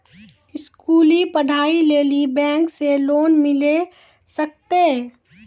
स्कूली पढ़ाई लेली बैंक से लोन मिले सकते?